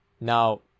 now